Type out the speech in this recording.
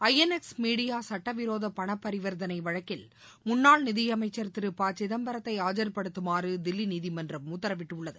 INX media சட்டவிரோத பணபரிவா்த்தனை வழக்கில முன்னாள் நிதியமைச்சா் திரு ப சிதம்பரத்தை ஆஜா்படுத்தமாறு தில்லி நீதிமன்றம் உத்தரவிட்டுள்ளது